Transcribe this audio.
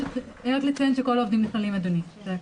רק לציין שכל העובדים נכללים, אדוני, זה הכול.